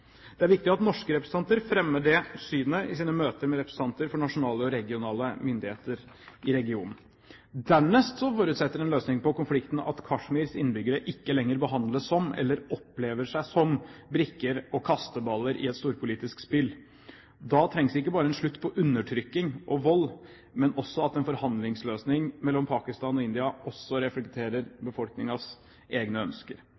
Det er viktig at norske representanter fremmer dette synet i sine møter med representanter for nasjonale og regionale myndigheter i regionen. Dernest forutsetter en løsning på konflikten at Kashmirs innbyggere ikke lenger behandles som, eller opplever seg selv som, brikker og kasteballer i et storpolitisk spill. Da trengs ikke bare en slutt på undertrykking og vold, men også at en forhandlingsløsning mellom Pakistan og India også reflekterer befolkningens egne ønsker.